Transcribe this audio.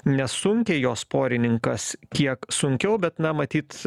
nesunkiai jos porininkas kiek sunkiau bet na matyt